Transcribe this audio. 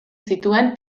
zituen